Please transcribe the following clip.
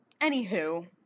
anywho